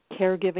caregiving